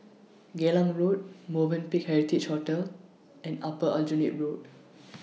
Geylang Road Movenpick Heritage Hotel and Upper Aljunied Road